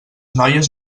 noies